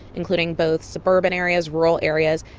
including both suburban areas, rural areas.